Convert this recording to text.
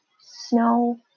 snow